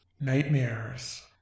Nightmares